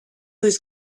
was